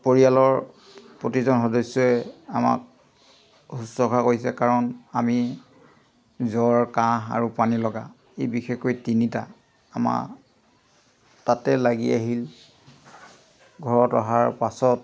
পৰিয়ালৰ প্ৰতিজন সদস্যই আমাক শুশ্ৰূষা কৰিছে কাৰণ আমি জ্বৰ কাঁহ আৰু পানী লগা এই বিশেষকৈ তিনিটা আমাৰ তাতে লাগি আহিল ঘৰত অহাৰ পাছত